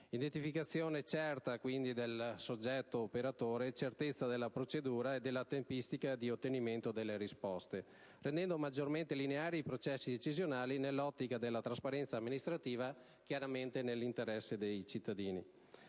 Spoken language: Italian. l'identificazione certa del soggetto operatore, la certezza della procedura e della tempistica di ottenimento delle risposte, rendendo maggiormente lineari i processi decisionali nell'ottica della trasparenza amministrativa, chiaramente nell'interesse dei cittadini.